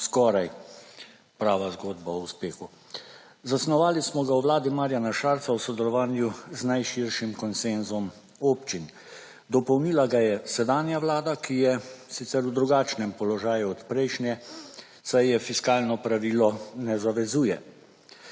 skoraj prava zgodba o uspehu. Zasnovali smo ga v Vladi Marjana Šarca v sodelovanju z najširšim konsenzom občin. Dopolnila ga je sedanja Vlada, ki je sicer v drugačnem položaju od prejšnje, saj jo fiskalno pravilo ne zavezuje.